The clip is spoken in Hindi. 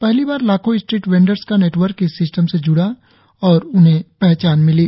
पहली बार लाखों स्ट्रीट वेंडर का नेटवर्क इस सिस्टम से ज्ड़ा और उन्हें पहचान मिली